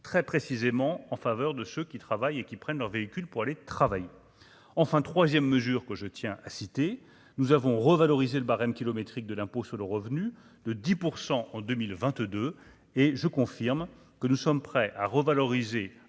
très précisément en faveur de ceux qui travaillent et qui prennent leur véhicule pour aller travailler, enfin 3ème mesure que je tiens à citer, nous avons revalorisé le barème kilométrique de l'impôt sur le revenu de 10 % en 2022, et je confirme que nous sommes prêts à revaloriser